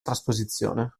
trasposizione